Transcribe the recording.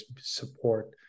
support